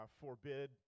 forbid